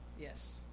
Yes